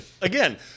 Again